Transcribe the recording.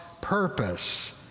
purpose